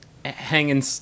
Hanging